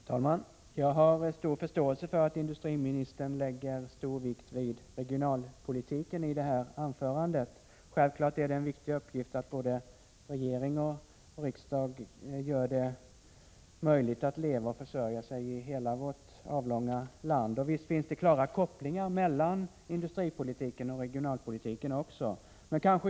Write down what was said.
Herr talman! Jag har stor förståelse för att industriministern lägger stor vikt vid regionalpolitiken i sitt anförande. Självklart är det en viktig uppgift för både regering och riksdag att göra det möjligt att leva och försörja sig i hela vårt avlånga land. Visst finns det klara kopplingar mellan industripolitik och regionalpolitik.